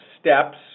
steps